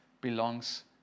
belongs